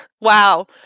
Wow